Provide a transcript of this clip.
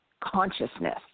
consciousness